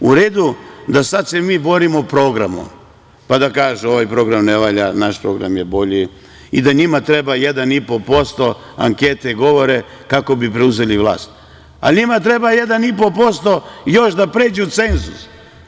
U redu da se sad mi borimo programom, pa da kažu - ovaj program ne valja, naš program je bolji i da njima treba 1,5% ankete, govore kako bi preuzeli vlast, a njima treba 1,5% još da pređu cenzus.